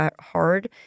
hard